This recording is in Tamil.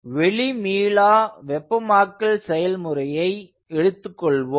வெளி மீளா வெப்பமாக்கல் செயல்முறையை எடுத்துக் கொள்வோம்